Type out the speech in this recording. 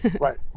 Right